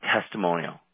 testimonial